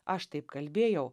aš taip kalbėjau